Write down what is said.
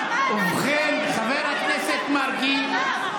אתם בחרתם נציג, לא בנימין נתניהו.